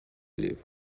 live